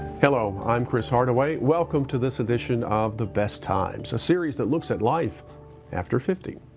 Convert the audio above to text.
hello, i'm cris hardaway. welcome to this edition of the best times. a series that looks at life after fifty.